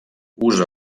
usa